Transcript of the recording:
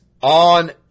on